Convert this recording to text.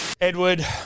Edward